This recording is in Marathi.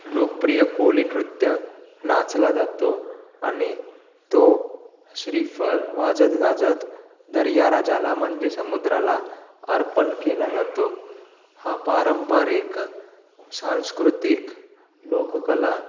लोकप्रिय कोळी नृत्य नाचला जातो आणि तो श्रीफल वाजत गाजत दर्याराजाला म्हणजे समुद्राला अर्पण केला जातो हा पारंपरिक सांस्कृतिक लोककला